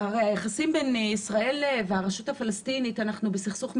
היחסים בין ישראל לרשות הפלסטינית אנחנו בסכסוך מתמשך,